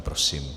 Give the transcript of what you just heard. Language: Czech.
Prosím.